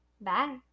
Bye